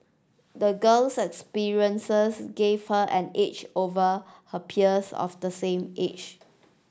the girl's experiences gave her an edge over her peers of the same age